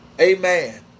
Amen